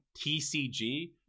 tcg